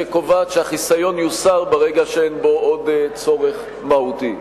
שקובעת שהחיסיון יוסר ברגע שאין בו עוד צורך מהותי.